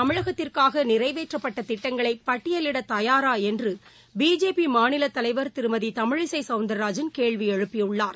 தமிழகத்திற்காக நிறைவேற்றப்பட்ட திட்டங்களை பட்டியலிட தயாரா என்று பிஜேபி மாநிலத் தலைவர் திருமதி தமிழிசை சவுந்தரராஜன் கேள்வி எழுப்பியுள்ளார்